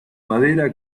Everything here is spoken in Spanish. madera